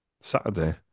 Saturday